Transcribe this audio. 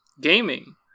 Gaming